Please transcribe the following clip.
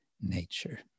nature